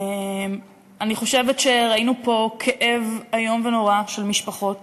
אני חושבת שראינו פה כאב איום ונורא של משפחות